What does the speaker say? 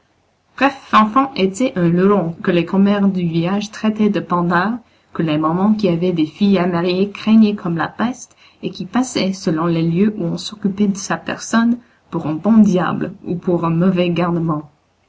bref fanfan était un luron que les commères du village traitaient de pendard que les mamans qui avaient des filles à marier craignaient comme la peste et qui passait selon les lieux où on s'occupait de sa personne pour un bon diable ou pour un mauvais garnement